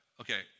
Okay